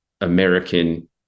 American